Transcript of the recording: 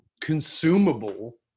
consumable